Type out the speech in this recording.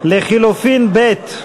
קבוצת סיעת העבודה,